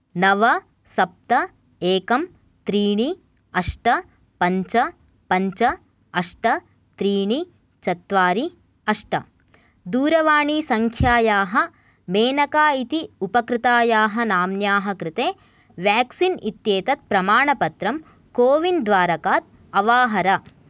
नव सप्त एकं त्रीणि अष्ट पञ्च पञ्च अष्ट त्रीणि चत्वारि अष्ट दूरवाणीसङ्ख्यायाः मेनका इति उपकृतायाः नाम्न्याः कृते व्याक्सिन् इत्येतत् प्रमाणपत्रं कोविन् द्वारकात् अवाहर